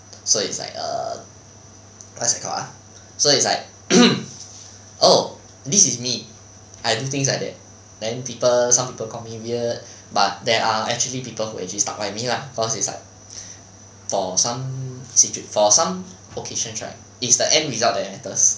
so it's like err what's it called ah so it's like oh this is me I do things like that then people some people call me weird but there are actually people who actually stuck by me lah cause it's like for some situ~ for some occasions right it's the end result that matters